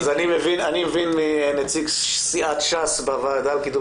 אני מבין מנציג סיעת ש"ס בוועדה לקידום